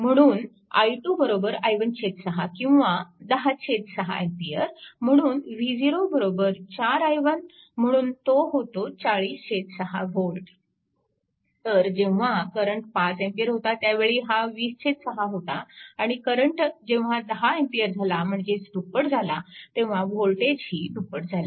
म्हणून i2 i1 6 किंवा 10 6 A म्हणून v0 4 i1 म्हणून तो होतो 406 V तर जेव्हा करंट 5A होता त्यावेळी हा 206 होता आणि जेव्हा करंट 10A झाला म्हणजेच दुप्पट झाला तेव्हा वोल्टेजही दुप्पट झाले